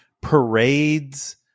parades